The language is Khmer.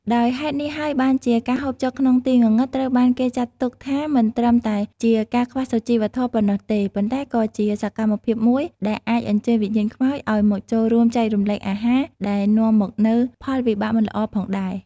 ដោយហេតុនេះហើយបានជា ការហូបចុកក្នុងទីងងឹតត្រូវបានគេចាត់ទុកថាមិនត្រឹមតែជាការខ្វះសុជីវធម៌ប៉ុណ្ណោះទេ ប៉ុន្តែក៏ជាសកម្មភាពមួយដែលអាចអញ្ជើញវិញ្ញាណខ្មោចឲ្យមកចូលរួមចែករំលែកអាហារ ដែលនាំមកនូវផលវិបាកមិនល្អផងដែរ ។